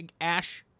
Ash